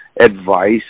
advice